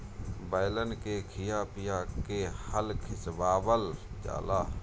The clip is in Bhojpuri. बैलन के खिया पिया के हल खिचवावल जाला